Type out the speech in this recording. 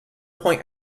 point